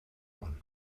one